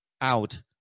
out